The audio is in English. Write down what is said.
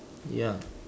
ya